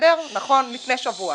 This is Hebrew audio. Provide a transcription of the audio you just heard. נכון לפני שבוע.